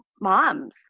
moms